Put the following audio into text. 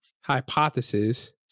hypothesis